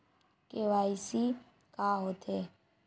KYC का होथे?